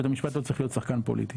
בית המשפט לא צריך להיות שחקן פוליטי.